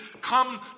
come